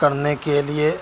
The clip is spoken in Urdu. کرنے کے لیے